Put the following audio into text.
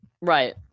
Right